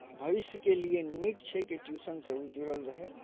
भविष्यके लिए नीक छै कि ट्यूशनसँ ओ जुड़ल रहै